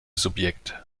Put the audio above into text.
subjekt